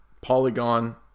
Polygon